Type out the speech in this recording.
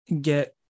get